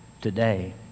today